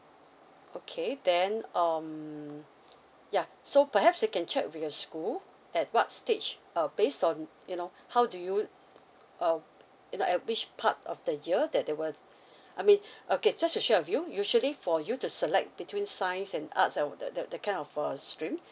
okay then um ya so perhaps you can check with your school at what stage uh based on you know how do you uh you know at which part of the year that they will I mean okay just to share with you usually for you to select between science and arts uh the the the kind of a stream